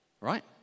Right